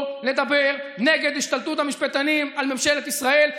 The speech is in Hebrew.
לדבר נגד השתלטות המשפטנים על ממשלת ישראל,